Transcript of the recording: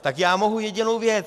Tak já mohu jedinou věc.